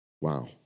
Wow